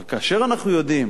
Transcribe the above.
אבל כאשר אנחנו יודעים